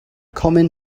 common